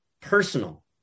personal